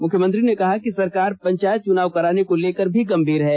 मुख्यमंत्री ने कहा कि सरकार पंचायत चुनाव कराने को लेकर भी गंभीर है